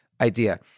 idea